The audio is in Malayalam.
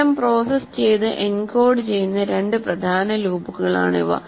വിവരം പ്രോസസ്സ് ചെയ്തു എൻകോഡു ചെയ്യുന്ന രണ്ട് പ്രധാന ലൂപ്പുകളാണ് ഇവ